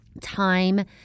time